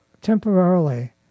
temporarily